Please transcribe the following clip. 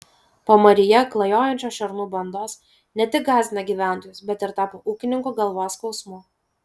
pamaryje klajojančios šernų bandos ne tik gąsdina gyventojus bet ir tapo ūkininkų galvos skausmu